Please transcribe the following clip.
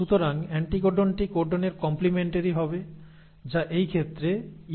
সুতরাং অ্যান্টিকোডনটি কোডনের কম্প্লিমেন্টারি হবে যা এই ক্ষেত্রে UAC